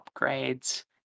upgrades